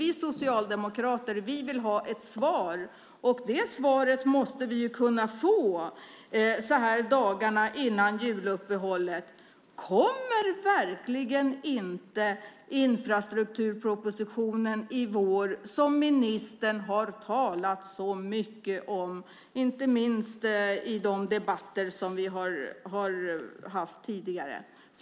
Vi socialdemokrater vill ha ett svar, och det svaret måste vi kunna få så här dagarna före juluppehållet. Kommer verkligen inte infrastrukturpropositionen i vår som ministern har talat så mycket om, inte minst i de debatter som vi har haft tidigare.